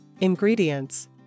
Ingredients